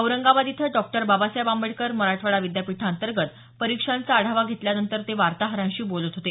औरंगाबाद इथं डॉ बाबासाहेब आंबेडकर मराठवाडा विद्यापीठांतर्गत परीक्षांचा आढावा घेतल्यानंतर ते वार्ताहरांशी बोलत होते